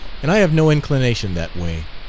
and i have no inclination that way.